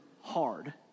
hard